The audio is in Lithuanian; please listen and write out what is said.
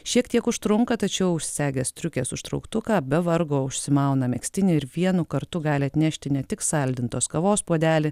šiek tiek užtrunka tačiau užsisegęs striukės užtrauktuką be vargo užsimauna megztinį ir vienu kartu gali atnešti ne tik saldintos kavos puodelį